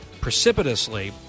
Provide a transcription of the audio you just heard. precipitously